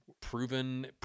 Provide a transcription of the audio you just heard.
proven